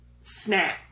snap